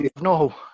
No